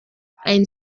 ein